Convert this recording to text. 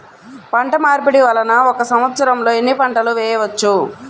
పంటమార్పిడి వలన ఒక్క సంవత్సరంలో ఎన్ని పంటలు వేయవచ్చు?